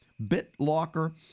BitLocker